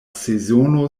sezono